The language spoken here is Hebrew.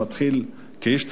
כאיש צבא,